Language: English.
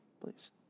please